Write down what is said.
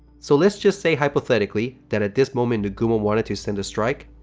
so let's just say hypothetically then, at this moment, nagumo wanted to send a strike.